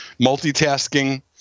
multitasking